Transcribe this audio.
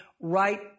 right